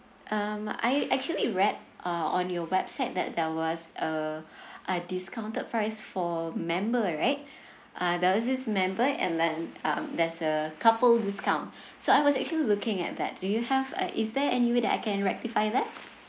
um I actually read uh on your website that there was a uh discounted price for member right uh there was this member and then um there's a couple discount so I was actually looking at that do you have uh is there any way that I can rectify that